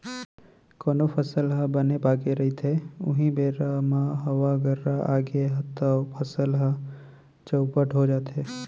कोनो फसल ह बने पाके रहिथे उहीं बेरा म हवा गर्रा आगे तव फसल ह चउपट हो जाथे